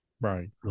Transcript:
Right